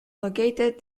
located